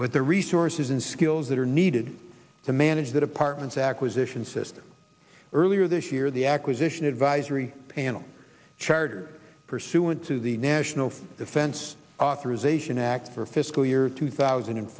with the resources and skills that are needed to manage that apartments acquisition system earlier this year the acquisition advisory panel chaired pursuant to the national defense authorization act for fiscal year two thousand and